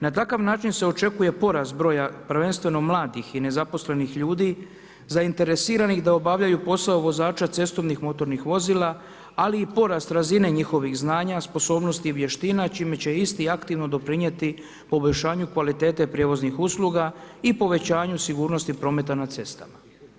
Na takav način se očekuje porast broja prvenstveno mladih i nezaposlenih ljudi zainteresiranih da obavljaju posao vozača cestovnih motornih vozila, ali i porast razine njihovih znanja, sposobnosti i vještina, čime će isti aktivno doprinijeti poboljšanju kvalitete prijevoznih usluga i povećanju sigurnosti prometa na cestama.